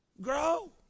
Grow